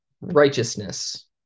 righteousness